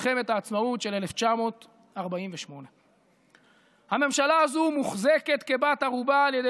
מלחמת העצמאות של 1948. הממשלה הזו מוחזקת כבת ערובה על ידי